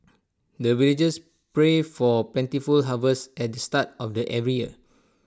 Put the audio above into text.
the villagers pray for plentiful harvest at the start of the every year